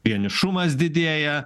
vienišumas didėja